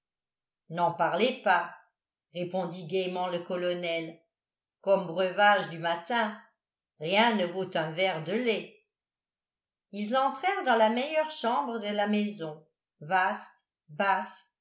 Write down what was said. n'en parlez pas répondit gaiement le colonel comme breuvage du matin rien ne vaut un verre de lait ils entrèrent dans la meilleure chambre de la maison vaste basse